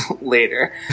later